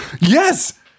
Yes